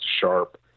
Sharp